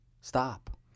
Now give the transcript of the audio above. stop